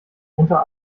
unter